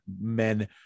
men